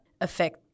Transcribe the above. affect